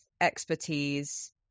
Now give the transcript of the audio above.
expertise